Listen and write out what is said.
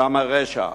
שמה הרשע